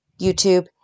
YouTube